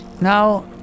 now